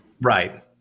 right